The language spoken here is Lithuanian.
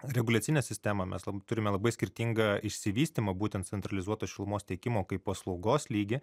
reguliacinę sistemą mes turime labai skirtingą išsivystymą būtent centralizuoto šilumos tiekimo kaip paslaugos lygį